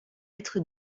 être